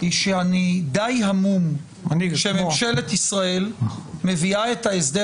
היא שאני די המום שממשלת ישראל מביאה את ההסדר